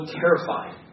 terrified